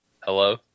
Hello